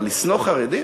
אבל לשנוא חרדים?